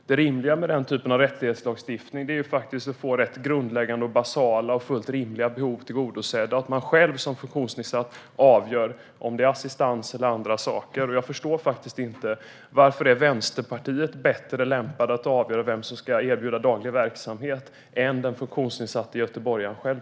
Det rimliga med denna typ av rättighetslagstiftning är att man får sina grundläggande och fullt rimliga behov tillgodosedda och att man själv som funktionsnedsatt avgör om det är assistans eller annat. Jag förstår inte varför Vänsterpartiet är bättre lämpat att avgöra vem som ska erbjuda daglig verksamhet än den funktionsnedsatta göteborgaren själv.